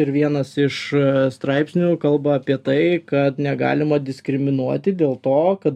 ir vienas iš straipsnių kalba apie tai kad negalima diskriminuoti dėl to kad